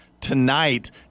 tonight